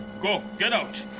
go! get out.